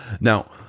Now